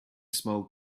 small